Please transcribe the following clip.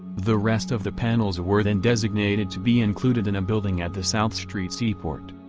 the rest of the panels were then designated to be included in a building at the south street seaport.